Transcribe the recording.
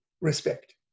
respect